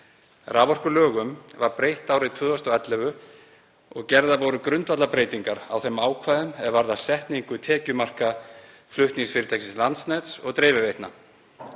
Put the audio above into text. Raforkulögum var breytt árið 2011 og gerðar voru grundvallarbreytingar á þeim ákvæðum er varða setningu tekjumarka flutningsfyrirtækisins Landsnets og dreifiveitna.